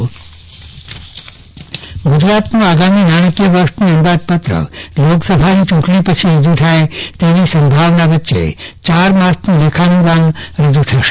ચંદ્રવદન પટ્ટણી વિધાનસભા સત્ર ગુજરાતનું આગામી નાણાકીય વર્ષનું અંદાજપત્ર લોકસભાની ચૂંટણી પછી રજૂ થાય તેવી સંભાવના વચ્ચે ચાર માસનું લેખાનુદાર રજૂ થશે